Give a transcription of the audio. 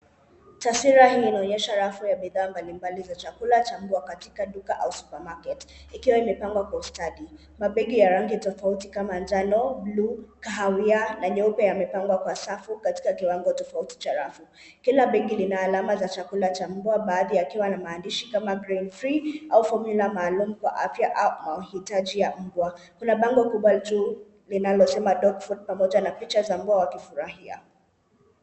Taswira hii inaonyesha rafu ya bidhaa mbali mbali ya chakula cha mbwa katika duka au supermarket ikiwa imepangwa kwa ustadi. Mabegi ya rangi tofauti kama njano, buluu, kahawia na nyeupe yamepangwa kwa safu katika kiwango tofauti cha rafu. Kila begi lina alama za chakula cha mbwa baadhi yakiwa na maandishi kama grain free ama formula maalum kwa afya au mahitaji ya mbwa. Kuna bango kubwa juu linalosema dog food pamoja na picha za mbwa wakifurahia.